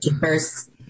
first